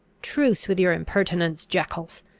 truce with your impertinence, jeckols!